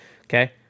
okay